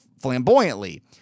flamboyantly